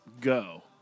go